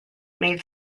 made